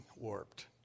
warped